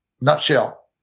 nutshell